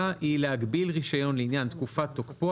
היא להגביל רישיון לעניין תקופת תוקפו,